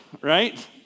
right